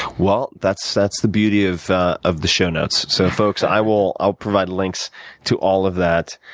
well, that's that's the beauty of of the show notes. so folks, i will ah provide links to all of that.